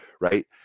Right